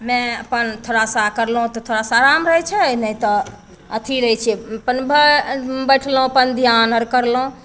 नहि अपन थोड़ा सा करलहुँ तऽ थोड़ा सा आराम रहै छै नहि तऽ अथी रहै छै अपन भए बैठलहुँ अपन धिआन आर करलहुँ